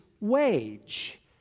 wage